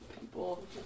people